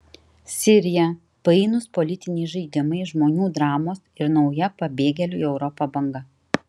sirija painūs politiniai žaidimai žmonių dramos ir nauja pabėgėlių į europą banga